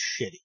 shitty